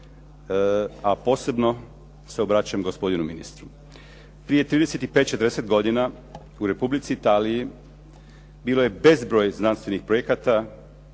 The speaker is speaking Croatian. a posebno se obraćam gospodinu ministru. Prije 35, 40 godina u Republici Italiji bilo je bezbroj znanstvenih projekata,